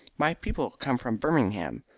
my people come from birmingham,